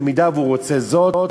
במידה שהוא רוצה זאת.